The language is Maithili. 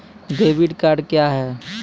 डेबिट कार्ड क्या हैं?